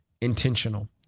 Intentional